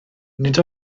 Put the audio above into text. nid